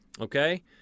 Okay